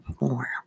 more